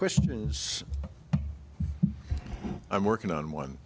question i'm working on one